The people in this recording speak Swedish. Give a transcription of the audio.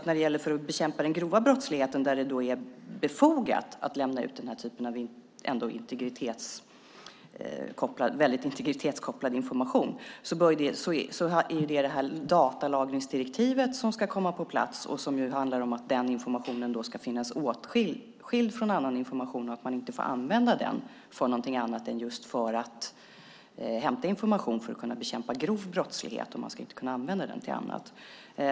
När det gäller att bekämpa den grova brottsligheten, där det är befogat att lämna ut den här typen av väldigt integritetskopplad information, ska det här datalagringsdirektivet komma på plats. Det handlar om att den informationen då ska finnas åtskild från annan information och att man inte får använda den för någonting annat än just för att bekämpa grov brottslighet. Man ska inte kunna använda den till annat.